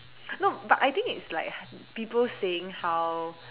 no but I think it's like people saying how